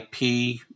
ip